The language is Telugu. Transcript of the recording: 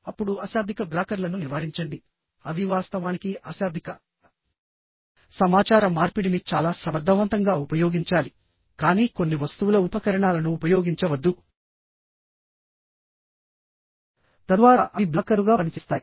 అప్పుడు అశాబ్దిక బ్లాకర్లను నివారించండి అవి వాస్తవానికి అశాబ్దిక సమాచార మార్పిడిని చాలా సమర్థవంతంగా ఉపయోగించాలి కానీ కొన్ని వస్తువుల ఉపకరణాలను ఉపయోగించవద్దు తద్వారా అవి బ్లాకర్లుగా పనిచేస్తాయి